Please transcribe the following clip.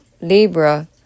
libra